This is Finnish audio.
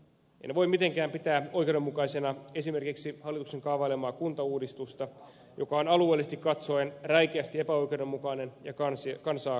en voi mitenkään pitää oikeudenmukaisena esimerkiksi hallituksen kaavailemaa kuntauudistusta joka on alueellisesti katsoen räikeästi epäoikeudenmukainen ja kansaa kahtia jakava